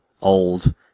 old